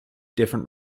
different